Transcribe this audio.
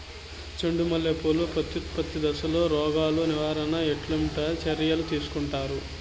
చెండు మల్లె పూలు ప్రత్యుత్పత్తి దశలో రోగాలు నివారణకు ఎట్లాంటి చర్యలు తీసుకుంటారు?